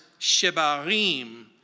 Shebarim